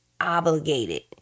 obligated